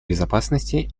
безопасности